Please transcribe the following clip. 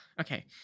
okay